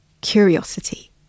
curiosity